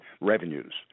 revenues